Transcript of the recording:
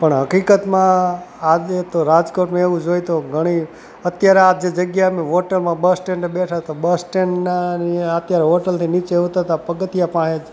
પણ હકીકતમાં આજે તો રાજકોટમાં એવું જોઈ તો ઘણી અત્યારે આજે જગ્યા અમે હોટેલમાં બસ સ્ટેન્ડે બેઠાં તો બસ સ્ટેન્ડના અત્યારે હોટલથી નીચે ઉતરતા પગથિયાં પાસે જ